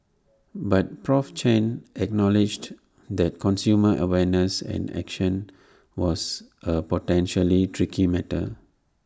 but Prof Chen acknowledged that consumer awareness and action was A potentially tricky matter